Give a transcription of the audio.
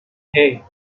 hey